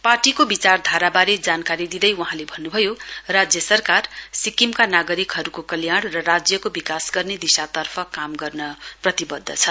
पार्टीको विचारधाराबारे जानकारी दिँदै वहाँले भन्नुभयो राज्य सरकार सिक्किमका नागरिकहरूको कल्याण र राज्यको विकास गर्ने दिशातर्फ काम गर्ने प्रतिबद्ध छ